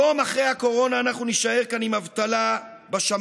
יום אחרי הקורונה אנחנו נישאר כאן עם אבטלה בשמיים,